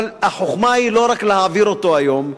אבל החוכמה היא לא רק להעביר אותו היום,